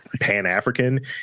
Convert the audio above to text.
Pan-African